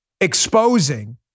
exposing